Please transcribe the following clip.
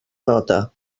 nota